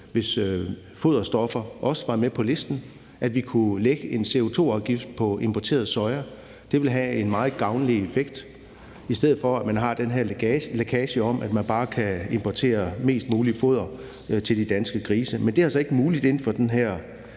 hvis foderstoffer også var med på listen, og at vi kunne lægge en CO2-afgift på importeret soja. Det ville have en meget gavnlig effekt, i stedet for at man har den her lækage om, at man bare kan importere mest muligt foder til de danske grise. Men det er altså ikke muligt inden for den her